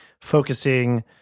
focusing